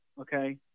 okay